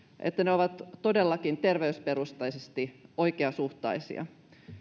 niin ne ovat todellakin terveysperusteisesti oikeasuhtaisia monen